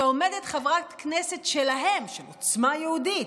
כשעומדת חברת כנסת שלהם, של עוצמה יהודית,